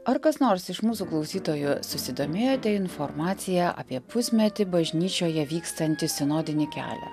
ar kas nors iš mūsų klausytojų susidomėjote informacija apie pusmetį bažnyčioje vykstanti sinodinį kelią